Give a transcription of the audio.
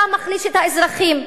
אתה מחליש את האזרחים.